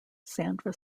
sandra